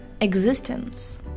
existence